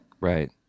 right